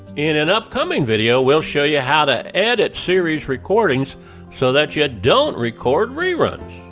in an upcoming video, we'll show you how to edit series recordings so that you don't record reruns.